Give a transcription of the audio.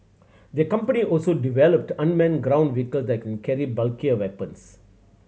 the company also developed unmanned ground vehicle that can carry bulkier weapons